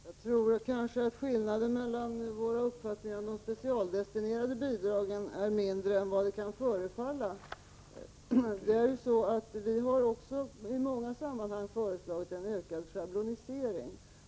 Herr talman! Jag tror att skillnaden mellan våra uppfattningar om de specialdestinerade bidragen är mindre än vad det kan förefalla. Folkpartiet har ju i många sammanhang föreslagit en ökad schablonisering.